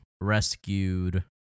rescued